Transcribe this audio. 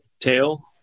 tail